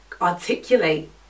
articulate